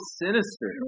sinister